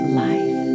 life